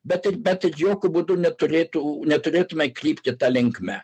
bet ir bet ir jokiu būdu neturėtų neturėtume krypti ta linkme